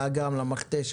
האגם והמכתש.